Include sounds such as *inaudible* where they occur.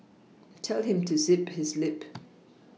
tell him to zip his lip *noise*